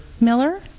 Miller